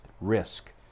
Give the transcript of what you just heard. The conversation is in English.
risk